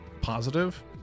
positive